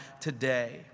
today